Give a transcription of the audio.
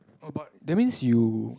oh but that means you